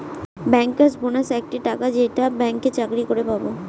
bankers bonus একটা টাকা যেইটা ব্যাঙ্কে চাকরি করে পাবো